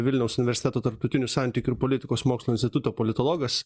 vilniaus universiteto tarptautinių santykių ir politikos mokslų instituto politologas